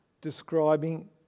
describing